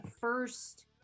first